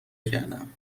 کردم